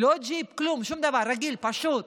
לא ג'יפ, כלום, שום דבר, רגיל, פשוט.